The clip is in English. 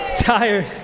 Tired